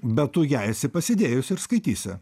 bet tu ją esi pasidėjus ir skaitysi